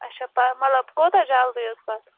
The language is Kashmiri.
اَچھا پےَ مطلب کوتاہ جَلدی حظ کَتھ